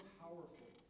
powerful